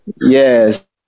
Yes